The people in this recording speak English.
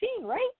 right